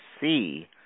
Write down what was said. see